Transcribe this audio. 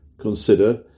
Consider